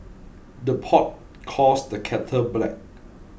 the pot calls the kettle black